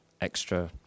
extra